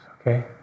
Okay